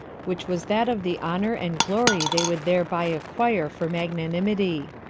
which was that of the honor and glory they would thereby acquire for magnanimity.